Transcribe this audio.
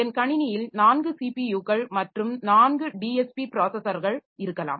என் கணினியில் 4 ஸிபியுக்கள் மற்றும் 4 டிஎஸ்பி ப்ராஸஸர்கள் இருக்கலாம்